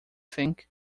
think